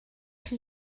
chi